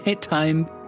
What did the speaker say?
time